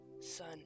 Son